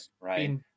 right